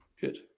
Good